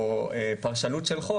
או פרשנות של חוק,